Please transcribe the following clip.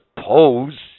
suppose